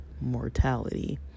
mortality